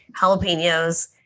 jalapenos